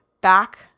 back